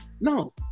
no